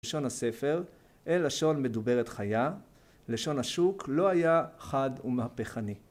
‫לשון הספר אין לשון מדוברת חיה, ‫לשון השוק לא היה חד ומהפכני.